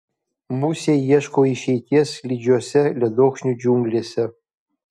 musė ieško išeities slidžiose ledokšnių džiunglėse